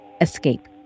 escape